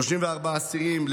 34 אסירים,